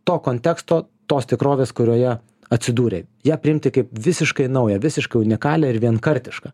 to konteksto tos tikrovės kurioje atsidūrei ją priimti kaip visiškai naują visiškai unikalią ir vienkartišką